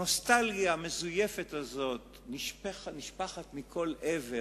הנוסטלגיה המזויפת הזאת נשפכת מכל עבר